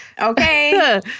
Okay